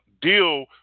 deal